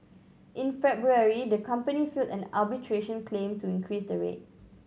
in February the company filed an arbitration claim to increase the rate